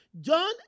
John